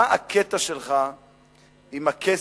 מה הקטע שלך עם הכסף,